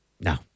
No